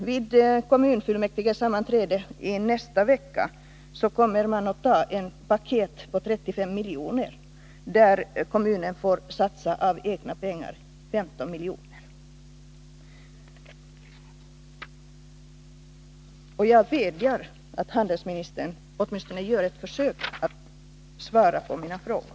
Vid kommunfullmäktiges sammanträde i nästa vecka kommer man att fatta beslut om ett paket på 35 miljoner, där kommunen får satsa 15 miljoner av egna pengar. Jag vädjar till handelsministern att åtminstone göra ett försök att svara på mina frågor.